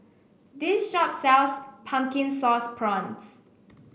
this shop sells Pumpkin Sauce Prawns